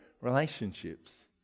relationships